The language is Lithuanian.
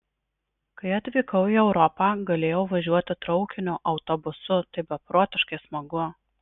kai atvykau į europą galėjau važiuoti traukiniu autobusu tai beprotiškai smagu